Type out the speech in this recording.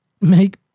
make